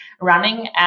running